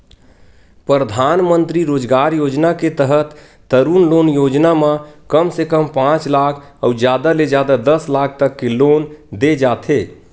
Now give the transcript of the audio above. परधानमंतरी रोजगार योजना के तहत तरून लोन योजना म कम से कम पांच लाख अउ जादा ले जादा दस लाख तक के लोन दे जाथे